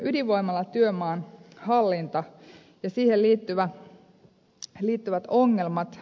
ydinvoimalatyömaan hallinta ja siihen liittyvät ongelmat